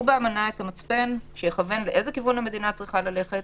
באמנה את המצפן שיכוון לאיזה כיוון המדינה צריכה ללכת,